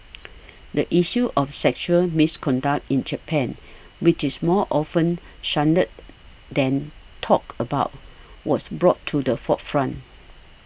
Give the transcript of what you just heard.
the issue of sexual misconduct in Japan which is more often shunned than talked about was brought to the forefront